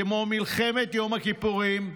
כמו מלחמת יום הכיפורים,